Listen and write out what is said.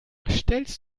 stellst